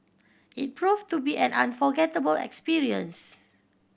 it proved to be an unforgettable experience